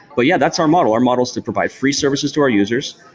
but yeah, that's our model. our model is to provide free services to our users,